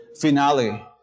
finale